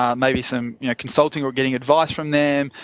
um maybe some consulting or getting advice from them,